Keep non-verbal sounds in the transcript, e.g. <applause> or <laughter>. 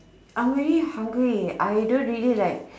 I'm already hungry I don't really like <breath>